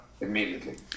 immediately